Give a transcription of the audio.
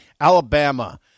Alabama